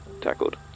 Tackled